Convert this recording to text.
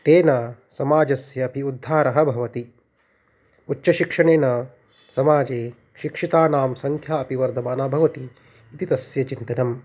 तेन समाजस्य अपि उद्धारः भवति उच्चशिक्षणेन समाजे शिक्षितानां सङ्ख्या अपि वर्धमाना भवति इति तस्य चिन्तनम्